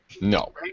No